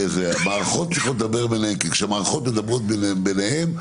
כשמערכות מדברות ביניהן,